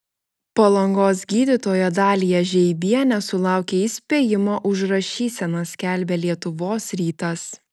palangos gydytoja dalija žeibienė sulaukė įspėjimo už rašyseną skelbia lietuvos rytas